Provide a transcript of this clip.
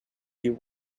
you